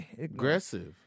Aggressive